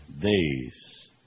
Days